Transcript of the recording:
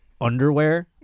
underwear